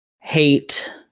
hate